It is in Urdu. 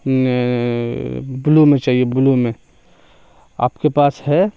بلو میں چاہیے بلو میں آپ کے پاس ہے